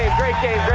great game. great